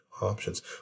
options